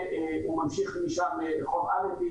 והוא ממשיך משם לאזור אלנבי,